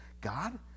God